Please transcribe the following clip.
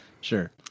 Sure